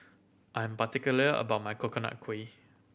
I'm particular about my Coconut Kuih